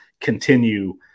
continue